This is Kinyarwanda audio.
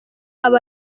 aba